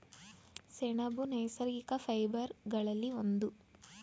ಸೆಣಬು ನೈಸರ್ಗಿಕ ಫೈಬರ್ ಗಳಲ್ಲಿ ಒಂದು